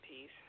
peace